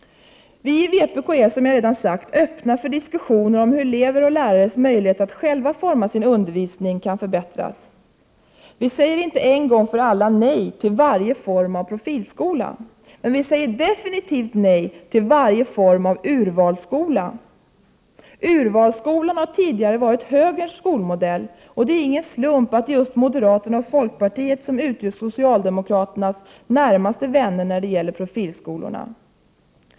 Vi i vpk är, som jag redan sagt, öppna för diskussioner om hur elevers och lärares möjligheter att själva forma sin undervisning kan förbättras. Vi säger inte en gång för alla nej till varje form av ”profilskola” , men vi säger definitivt nej till varje form av urvalsskola. Urvalsskolan har tidigare varit högerns skolmodell, och det är ingen slump att det är just moderaterna och folkpartiet som utgör socialdemokraternas närmaste vänner när det gäller profilskolorna.